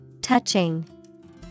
Touching